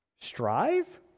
Strive